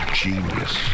genius